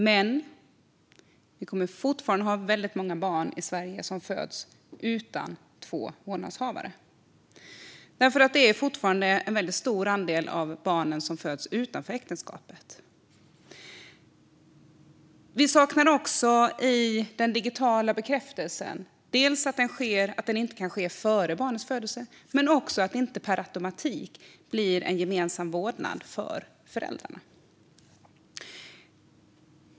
Men vi kommer fortfarande att ha väldigt många barn i Sverige som föds utan två vårdnadshavare, för det är fortfarande en väldigt stor andel barn som föds utanför äktenskapet. Vi saknar i den digitala bekräftelsen att den inte kan ske före barnets födelse men också att föräldrarna inte per automatik får gemensam vårdnad.